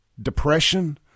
Depression